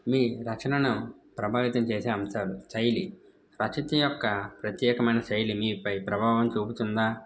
మీ రచనను ప్రభావితం చేసే అంశాలు శైలి రచత యొక్క ప్రత్యేకమైన శైలి మీపై ప్రభావం చూపుతుందా